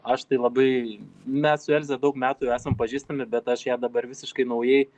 aš tai labai mes su elze daug metų jau esam pažįstami bet aš ją dabar visiškai naujai